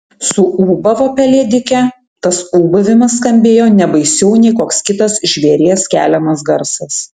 suūbavo pelėdikė tas ūbavimas skambėjo ne baisiau nei koks kitas žvėries keliamas garsas